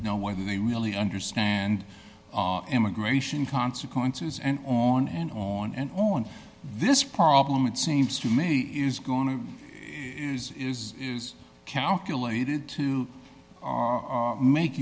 know whether they really understand immigration consequences and on and on and on this problem it seems to me is going to use is calculated to make